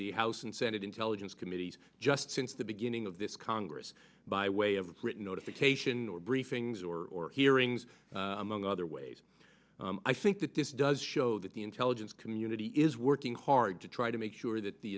the house and senate intelligence committees just since the beginning of this congress by way of written notification or briefings or hearings among other ways i think that this does show that the intelligence community is working hard to try to make sure that the